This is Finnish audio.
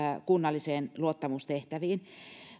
kunnallisiin luottamustehtäviin